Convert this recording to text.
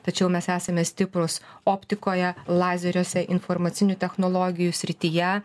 tačiau mes esame stiprūs optikoje lazeriuose informacinių technologijų srityje